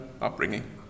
upbringing